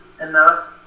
enough